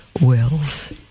wills